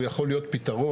הוא יכול להיות פתרון,